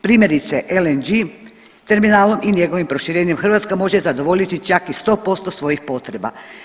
Primjerice LNG terminalom i njegovim proširenjem Hrvatska može zadovoljiti čak i 100% svojih potreba.